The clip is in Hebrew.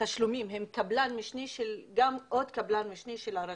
הם קבלן משני של עוד קבלן משני של הרשות,